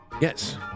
Yes